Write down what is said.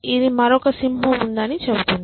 ఇది మరొక సింహం ఉందని చెబుతుంది